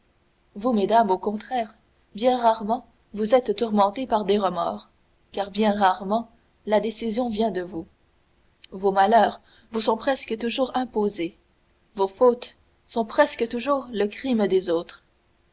vous mesdames au contraire bien rarement vous êtes tourmentées par des remords car bien rarement la décision vient de vous vos malheurs vous sont presque toujours imposés vos fautes sont presque toujours le crime des autres